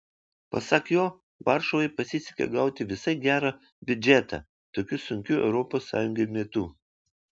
pasak jo varšuvai pasisekė gauti visai gerą biudžetą tokiu sunkiu europos sąjungai metu